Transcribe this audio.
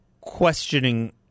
questioning